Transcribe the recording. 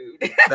food